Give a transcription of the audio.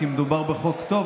כי מדובר בחוק טוב,